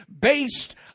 based